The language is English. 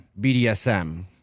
BDSM